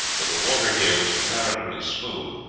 but the water here was comparatively smooth,